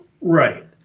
right